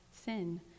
sin